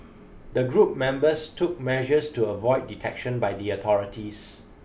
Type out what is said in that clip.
the group members took measures to avoid detection by the authorities